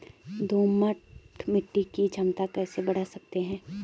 दोमट मिट्टी की क्षमता कैसे बड़ा सकते हैं?